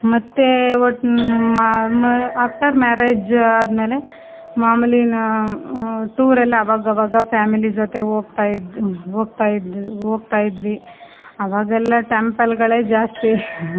ಮತ್ತೆ ಒಟ್ಟು after marriage ಆದಮೇಲೆ ಮಾಮೂಲಿ ನಾ ಟೂರ್ ಎಲ್ಲ ಅವಾಗವಾಗ ಫ್ಯಾಮಿಲಿ ಜೊತೆ ಹೋಗ್ತಾ ಇದ್ದು ಹೋಗ್ತಾ ಇದ್ದು ಹೋಗ್ತಾ ಇದ್ವಿ ಅವಾಗೆಲ್ಲ ಟೆಂಪಲ್ಲುಗಳೇ ಜಾಸ್ತಿ